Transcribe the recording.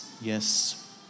yes